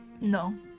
No